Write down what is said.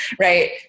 right